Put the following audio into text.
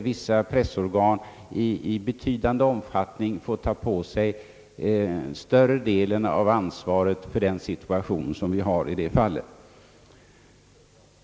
Vissa pressorgan får i betydande omfattning ta på sig större delen av ansvaret för den situation vi har i det hänseendet.